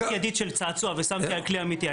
אני אקח ידית של צעצוע ואשים על כלי אמיתי,